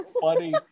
funny